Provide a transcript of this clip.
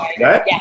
right